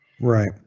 Right